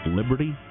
liberty